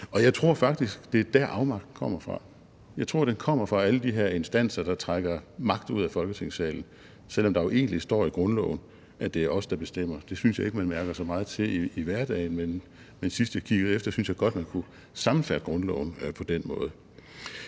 Og jeg tror faktisk, at det er der, afmagten kommer fra; jeg tror, at den kommer fra alle de her instanser, der trækker magt ud af Folketingssalen, selv om der jo egentlig står i grundloven, at det er os, der bestemmer. Det synes jeg ikke man mærker så meget til i hverdagen, men sidst jeg kiggede efter, synes jeg godt, at man kunne sammenfatte grundloven på den måde.